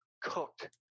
cooked